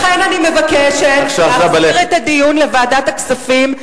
לכן אני מבקשת להחזיר את הדיון לוועדת הכספים,